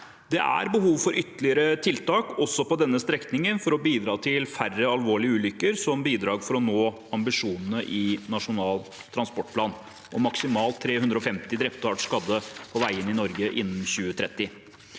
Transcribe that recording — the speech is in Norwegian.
Det er behov for ytterligere tiltak også på denne strekningen for å bidra til færre alvorlige ulykker, som bidrag for å nå ambisjonene i Nasjonal transportplan om maksimalt 350 drepte og hardt skadde på veiene i Norge innen 2030.